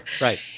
right